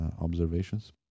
observations